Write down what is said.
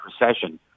recession